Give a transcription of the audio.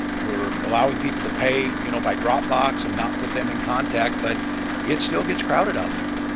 we're allowing people to pay you know by dropbox and not put them in contact but it still get crowded out there?